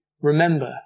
remember